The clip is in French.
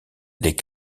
les